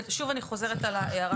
שוב אני חוזרת על ההערה.